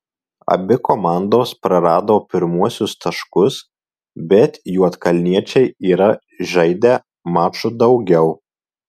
abi komandos prarado pirmuosius taškus bet juodkalniečiai yra žaidę maču daugiau